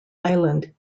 island